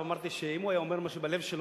אבל אמרתי שאם הוא היה אומר מה שבלב שלו,